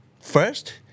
First